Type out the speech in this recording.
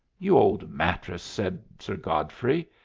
you old mattrass! said sir godfrey.